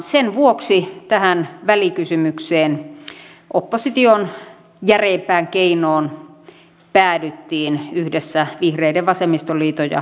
sen vuoksi tähän välikysymykseen opposition järeimpään keinoon päädyttiin yhdessä vihreiden vasemmistoliiton ja rkpn kanssa